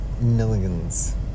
millions